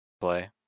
play